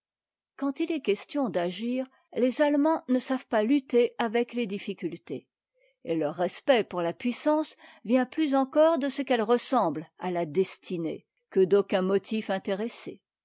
quand il est question d'agir tes allemands ne savent pas lutter avec les ditûcuttés et leur respect pour la puissance vient plus encore de ce qu'elle ressemble à la destinée que d'aucun motif intéressé